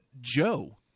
Joe